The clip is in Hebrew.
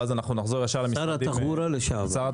ואז אנחנו נחזור ישר ל --- שר התחבורה לשעבר.